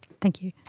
thank you.